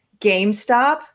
GameStop